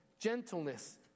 gentleness